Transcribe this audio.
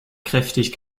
kräftig